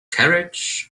carriage